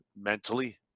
mentally